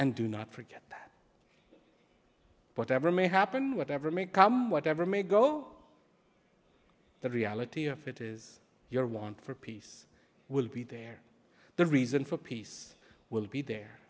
and do not forget whatever may happen whatever may come whatever may go the reality of it is your want for peace will be there the reason for peace will be there